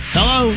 Hello